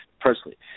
personally